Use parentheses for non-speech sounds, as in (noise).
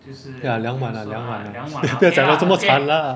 ya 两碗 lah 两碗 lah (laughs) 不要讲到这么惨 lah